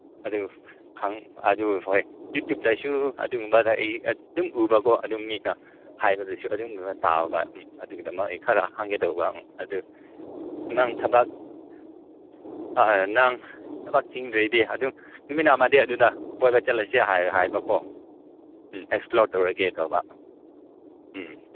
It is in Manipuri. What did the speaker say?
ꯑꯗꯨ ꯑꯗꯨ ꯍꯣꯏ ꯌꯨꯇ꯭ꯌꯨꯕꯇꯁꯨ ꯑꯗꯨꯝ ꯑꯗꯨꯒꯨꯝꯕꯗ ꯑꯩ ꯑꯗꯨꯝ ꯎꯕꯀꯣ ꯑꯗꯨ ꯃꯤꯅ ꯍꯥꯏꯕꯗꯁꯨ ꯑꯗꯨꯝ ꯇꯥꯕ ꯑꯗꯨꯒꯤꯗꯃꯛ ꯑꯩ ꯈꯔ ꯍꯪꯒꯦ ꯇꯧꯕ ꯑꯗꯨ ꯅꯪ ꯊꯕꯛ ꯅꯪ ꯊꯕꯛ ꯆꯤꯟꯗ꯭ꯔꯗꯤ ꯑꯗꯨꯝ ꯅꯨꯃꯤꯠ ꯑꯃꯗꯤ ꯑꯗꯨꯗ ꯀꯣꯏꯕ ꯆꯠꯂꯨꯁꯦ ꯍꯥꯏꯕꯀꯣ ꯎꯝ ꯑꯦꯛꯁꯄ꯭ꯂꯣꯔ ꯇꯧꯔꯨꯒꯦ ꯇꯧꯕ ꯎꯝ